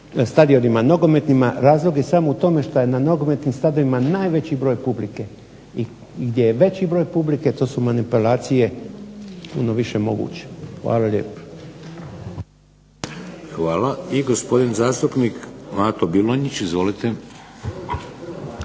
stadionima. Razlog je samo u tome što je na nogometnim stadionima najveći broj publike. I gdje je veći broj publike to su manipulacije puno više moguće. Hvala lijepa. **Šeks, Vladimir (HDZ)** Hvala. I gospodin zastupnik Mato Bilonjić. Izvolite.